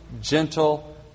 gentle